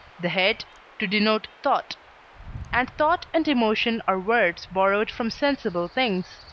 the head to denote thought and thought and emotion are words borrowed from sensible things,